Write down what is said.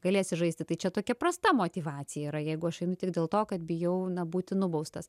galėsi žaisti tai čia tokia prasta motyvacija yra jeigu aš einu tik dėl to kad bijau na būti nubaustas